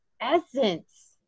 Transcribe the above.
essence